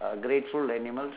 are grateful animals